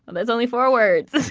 that's only four words.